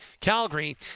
Calgary